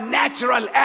natural